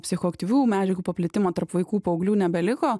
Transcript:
psichoaktyvių medžiagų paplitimą tarp vaikų paauglių nebeliko